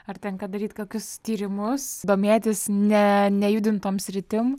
ar tenka daryti kokius tyrimus domėtis ne nejudintom sritim